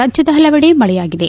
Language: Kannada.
ರಾಜ್ಯದ ಹಲವೆಡೆ ಮಳೆಯಾಗಿದೆ